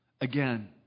Again